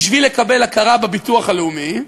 בשביל לקבל הכרה בביטוח הלאומי,